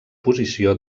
posició